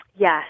Yes